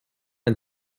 and